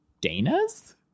Dana's